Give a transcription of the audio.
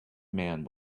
man